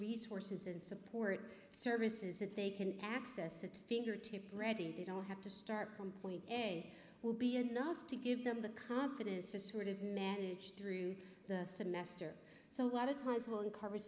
resources and support services that they can access that fingertip ready they don't have to start from point a will be enough to give them the confidence to sort of manage through the semester so a lot of times we'll enco